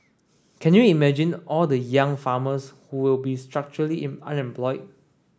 can you imagine all the young farmers who will be structurally unemployed